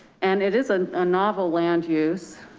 and it is a ah novel land use.